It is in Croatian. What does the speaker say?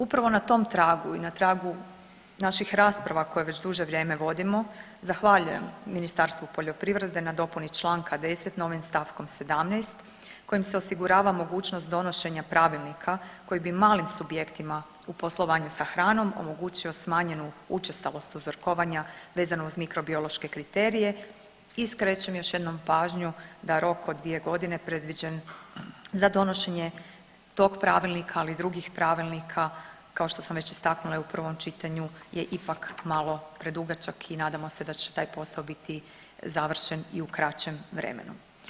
Upravo na tom tragu i na tragu naših rasprava koje već duže vrijeme vodimo zahvaljujem Ministarstvu poljoprivrede na dopuni čl. 10. novim st. 17. kojim se osigurava mogućnost donošenja pravilnika koji bi malim subjektima u poslovanju sa hranom omogućio smanjenu učestalost uzorkovanja vezano uz mikrobiološke kriterije i skrećem još jednom pažnju da rok od 2.g. predviđen za donošenje tog pravilnika, ali i drugih pravilnika kao što sam već istaknula i u prvom čitanju je ipak malo predugačak i nadamo se da će taj posao biti završen i u kraćem vremenu.